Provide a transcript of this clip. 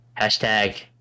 Hashtag